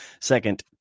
second